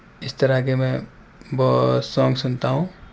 اس طرح کے میں بہت سانگ سنتا ہوں